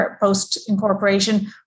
post-incorporation